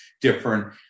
different